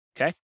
Okay